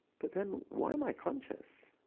but then, why am i conscious?